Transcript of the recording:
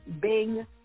bing